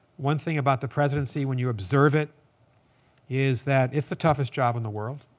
one thing about the presidency when you observe it is that it's the toughest job in the world.